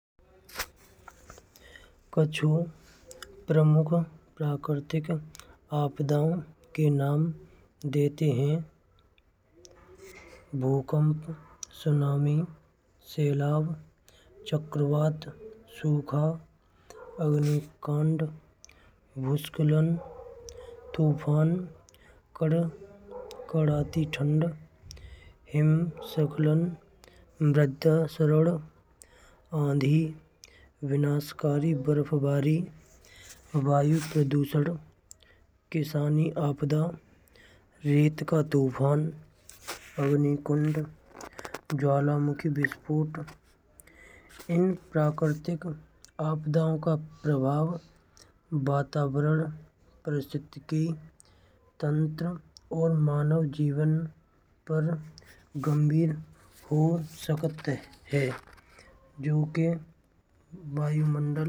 कछुआ प्राकृतिक आपदाओं के नाम देते हैं। भूकंप, सुनामी, सैलाब, चक्रवात, सूखा, अग्निकांड, भू-स्खलन, तूफान, कड़ाके की ठंड, हिमस्खलन। विध्वंसकारक आंधी, विनाशकारी बर्फवारी, वायु प्रदूषण, किसान आपदा, रेत का तूफान, अग्निकुंड ज्वालामुखी विस्फोट। इन प्राकृतिक आपदाओं का प्रभाव परिस्थिति के मानव जीवन पर गंभीर हो सकता है। जो कि वायुमंडल।